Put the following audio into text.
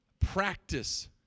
practice